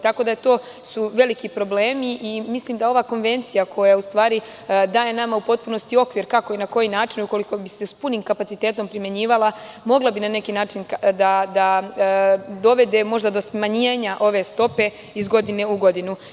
To su veliki problemi i mislim da ova konvencija koja daje nama u potpunosti okvir kako i na koji način, ukoliko bi se s punim kapacitetom primenjivala, mogla bi na neki način da dovede možda do smanjenja ove stope iz godine u godinu.